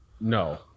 No